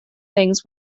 things